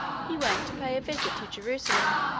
he went to pay a visit to jerusalem.